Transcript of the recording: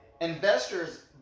Investors